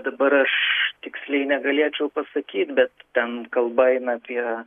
dabar aš tiksliai negalėčiau pasakyt bet ten kalba eina apie